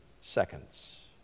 seconds